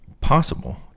possible